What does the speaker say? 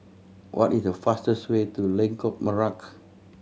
what is the fastest way to Lengkok Merak